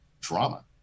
drama